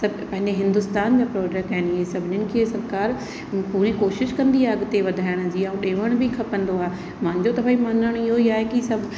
सभु पंहिंजे हिंदुस्तान जा प्रोडक्ट आहिनि इहे सभिनीनि खे सरकार पूरी कोशिशि कंदी आहे अॻिते वधायण जी ऐं ॾियण बि खपंदो आहे मुहिंजो त भई मञण इहेई आहे की सभु